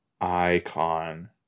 icon